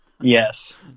Yes